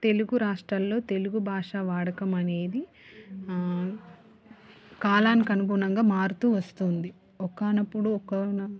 తెలుగు రాష్టల్లో తెలుగు భాష వాడకం అనేది కాలానికి అనుగుణంగా మారుతూ వస్తుంది ఒకానప్పుడు ఒక